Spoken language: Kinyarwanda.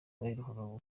baherukaga